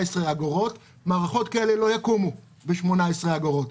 אגורות אז מערכות כאלה לא יקומו במחיר של 18 אגורות.